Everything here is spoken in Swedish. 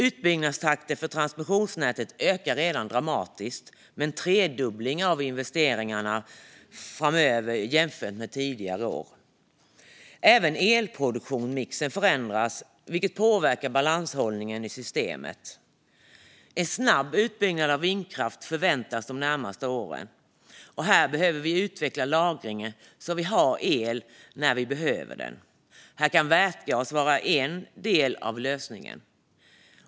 Utbyggnadstakten för transmissionsnätet ökar redan dramatiskt, med en tredubbling av investeringarna framöver jämfört med tidigare år. Även elproduktionsmixen förändras, vilket påverkar balanshållningen i systemet. En snabb utbyggnad av vindkraft förväntas de närmaste åren. Här behöver vi utveckla lagringen, så att vi har el när vi behöver den. Vätgas kan vara en del av lösningen.